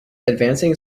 advancing